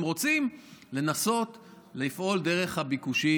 הם רוצים לנסות לפעול דרך הביקושים.